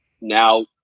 now